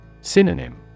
Synonym